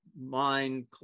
mind